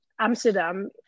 Amsterdam